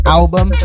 album